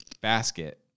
basket